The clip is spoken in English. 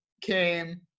came